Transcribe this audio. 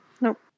Nope